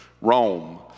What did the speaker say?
Rome